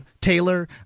Taylor